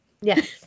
Yes